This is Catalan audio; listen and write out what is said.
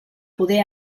poder